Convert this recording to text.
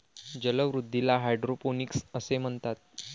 जलवृद्धीला हायड्रोपोनिक्स असे म्हणतात